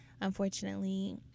unfortunately